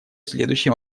следующем